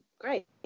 great